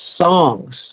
songs